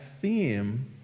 theme